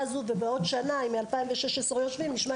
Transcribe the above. הזאת ולחזור לפה לעוד שנה לאותה נקודה.